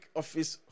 office